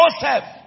Joseph